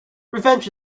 revenge